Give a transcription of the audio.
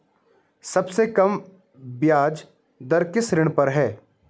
सबसे कम ब्याज दर किस ऋण पर है?